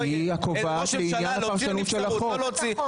ראש ממשלה להוציא לנבצרות לא להוציא,